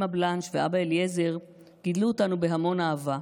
אימא בלנש ואבא אליעזר גידלו אותנו בהמון אהבה.